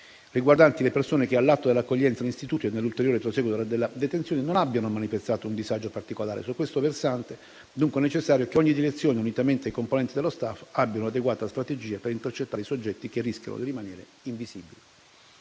riguardanti le persone che, all'atto dell'accoglienza in istituto e nell'ulteriore prosieguo della detenzione, non abbiano manifestato un disagio particolare. Su questo versante, dunque, è necessario che ogni direzione, unitamente ai componenti dello *staff*, abbia un'adeguata strategia per intercettare i soggetti che rischiano di rimanere invisibili.